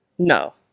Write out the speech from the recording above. No